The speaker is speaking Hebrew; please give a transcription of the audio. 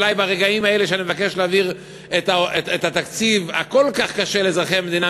אולי ברגעים האלה שאני מבקש להעביר את התקציב הכל-כך קשה לאזרחי המדינה,